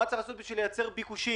כלומר מה צריך לעשות בשביל לייצר ביקושים: